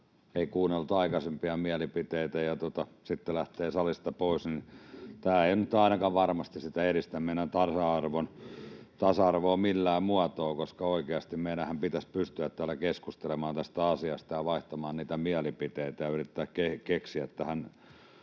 ei kuunnellut aikaisempia mielipiteitä ja sitten lähti salista pois. Tämä ei nyt ainakaan varmasti edistä meidän tasa-arvoa millään muotoa, koska oikeasti meidänhän pitäisi pystyä täällä keskustelemaan tästä asiasta ja vaihtamaan niitä mielipiteitä ja yrittää keksiä